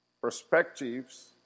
Perspectives